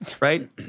right